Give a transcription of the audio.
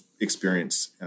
experience